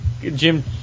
Jim